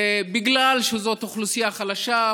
בגלל שזאת אוכלוסייה חלשה,